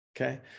Okay